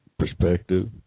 perspective